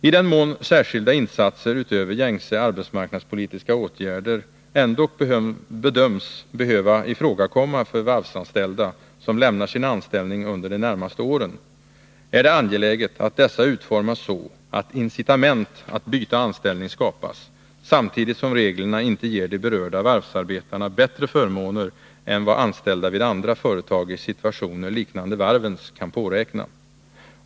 I den mån särskilda insatser utöver gängse arbetsmarknadspolitiska åtgärder ändock bedöms behöva ifrågakomma för varvsanställda som lämnar sin anställning under de närmaste åren, är det angeläget att dessa utformas så att incitament att byta anställning skapas, samtidigt som reglerna inte ger de berörda varvsarbetarna bättre förmåner än vad anställda vid andra företag i situationer liknande varvens kan påräkna.